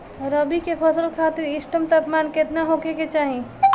रबी क फसल खातिर इष्टतम तापमान केतना होखे के चाही?